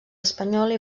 espanyola